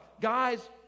Guys